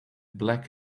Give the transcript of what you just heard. black